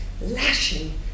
lashing